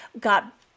got